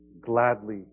gladly